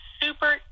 super